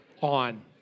on